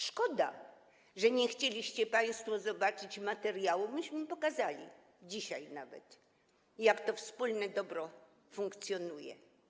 Szkoda, że nie chcieliście państwo zobaczyć materiału, myśmy nawet dzisiaj pokazali, jak to wspólne dobro funkcjonuje.